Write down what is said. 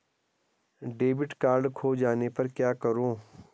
Debit card खो जाने पर क्या करूँ?